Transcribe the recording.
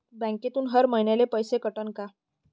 बँकेतून हर महिन्याले पैसा कटन का?